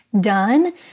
done